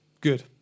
Good